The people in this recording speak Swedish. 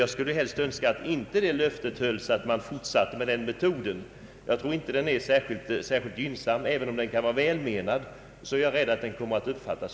Jag skulle önska att statsministern inte höll sitt löfte att fortsätta med den metoden, jag tror inte den är bra. även om den kan vara välmenande är jag rädd att den kommer att misstolkas.